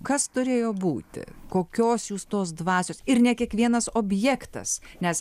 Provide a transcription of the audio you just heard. kas turėjo būti kokios jūs tos dvasios ir ne kiekvienas objektas nes